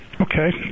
Okay